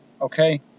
Okay